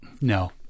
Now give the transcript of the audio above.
No